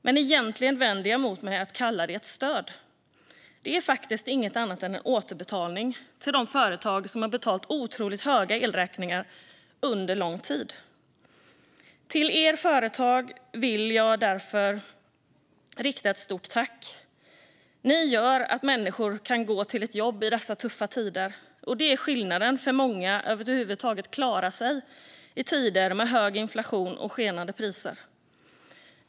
Men egentligen vänder jag mig mot att kalla det ett stöd. Det är faktiskt inget annat än en återbetalning till de företag som har betalat otroligt höga elräkningar under lång tid. Till er företagare vill jag därför rikta ett stort tack. Ni gör att människor kan gå till ett jobb i dessa tuffa tider. Det är skillnaden för många för att över huvud taget klara sig i tider med hög inflation och skenande priser.